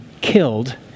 killed